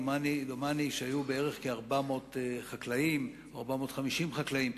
דומני שהיו בערך 400 או 450 חקלאים,